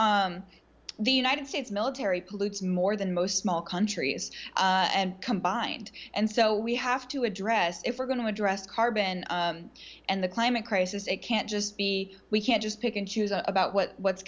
so the united states military pollutes more than most small countries combined and so we have to address if we're going to address carbon and the climate crisis it can't just be we can't just pick and choose our about what what's